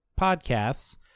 podcasts